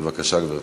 בבקשה, גברתי.